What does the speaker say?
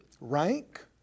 rank